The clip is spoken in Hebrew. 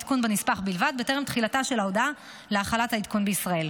העדכון בנספח בלבד בטרם תחילתה של ההודעה להחלת העדכון בישראל,